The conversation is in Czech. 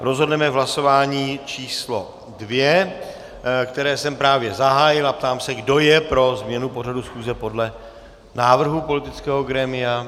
Rozhodneme v hlasování číslo 2, které jsem právě zahájil, a ptám se, kdo je pro změnu pořadu schůze podle návrhu politického grémia.